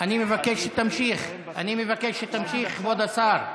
אני מבקש שתמשיך, כבוד השר.